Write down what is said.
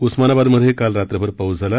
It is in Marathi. उस्मानाबादमधे काल रात्रभर पाऊस झाला